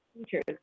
Teachers